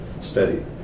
steady